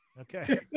Okay